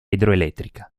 idroelettrica